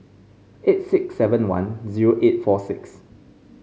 eight six seven one zero eight four six